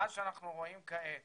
התופעה שאנחנו רואים כעת